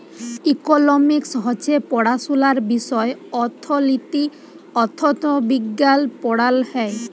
economics হছে পড়াশুলার বিষয় অথ্থলিতি, অথ্থবিজ্ঞাল পড়াল হ্যয়